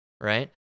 right